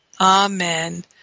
Amen